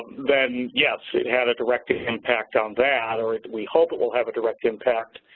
then, yes, it had a direct impact on that, or we hope it will have a direct impact